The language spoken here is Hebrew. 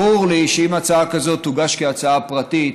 ברור לי שאם הצעה כזאת תוגש כהצעה פרטית,